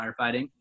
firefighting